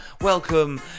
Welcome